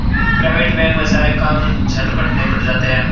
private bank में सारे काम झटपट निबट जाते हैं